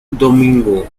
domingo